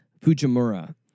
Fujimura